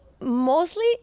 mostly